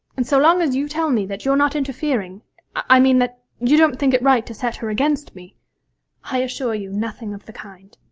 and so long as you tell me that you're not interfering i mean, that you don't think it right to set her against me i assure you, nothing of the kind